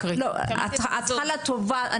התחלה טובה,